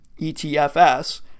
ETFS